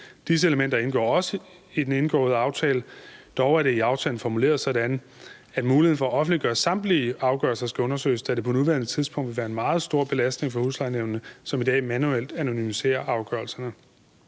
Disse elementer indgår også i den indgåede aftale, dog er det i aftalen formuleret sådan, at muligheden for at offentliggøre samtlige afgørelser skal undersøges, da det på nuværende tidspunkt vil være en meget stor belastning for huslejenævnene, som i dag manuelt anonymiserer afgørelserne.